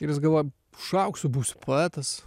ir jis galvoja užaugsiu būsiu poetas